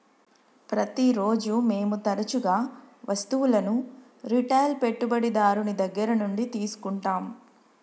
ప్రతిరోజు మేము తరచుగా వస్తువులను రిటైల్ పెట్టుబడిదారుని దగ్గర నుండి తీసుకుంటాం